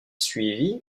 suivi